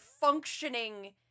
functioning